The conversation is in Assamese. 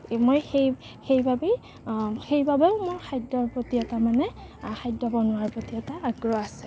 মই সেই সেইবাবেই সেইবাবেই মোৰ খাদ্যৰ প্ৰতি এটা মানে খাদ্য বনোৱাৰ প্ৰতি এটা আগ্ৰহ আছে